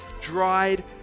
dried